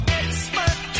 expert